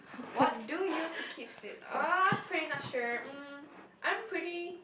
what do you to keep fit uh I'm pretty not sure mm I'm pretty